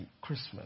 Christmas